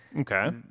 Okay